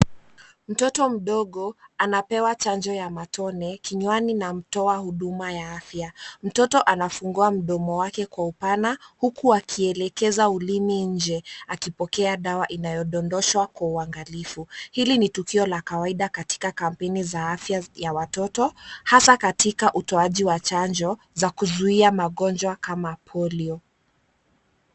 Mtoto mdogo anapewa chanjo ya matone kinywani na mtoa huduma ya afya. Mtoto anafungua mdomo wake kwa upana, huku akielekeza ulimi nje akipokea dawa inayodondoshwa kwa uangalifu. Hili ni tukio la kawaida katika kampeni za afya ya watoto hasa katika utoaji wa chanjo, za kuzuia magonjwa kama polio.